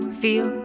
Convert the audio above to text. feel